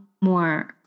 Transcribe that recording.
more